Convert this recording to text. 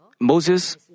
Moses